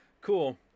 Cool